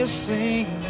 sing